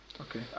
Okay